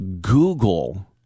Google